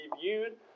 viewed